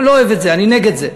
אני לא אוהב את זה, אני נגד זה.